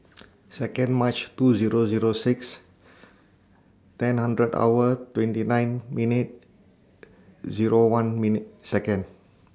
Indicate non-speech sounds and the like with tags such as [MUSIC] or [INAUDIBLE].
[NOISE] Second March two Zero Zero six ten hunderd hour twenty nine minute Zero one minute Second